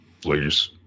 please